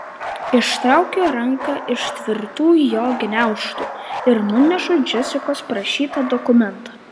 ištraukiu ranką iš tvirtų jo gniaužtų ir nunešu džesikos prašytą dokumentą